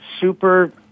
super